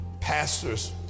pastors